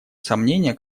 сомнения